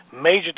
major